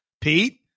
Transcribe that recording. Pete